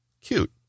Cute